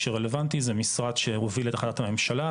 שרלוונטי זה משרד שמוביל את החלטת הממשלה,